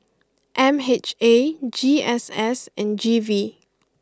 M H A G S S and G V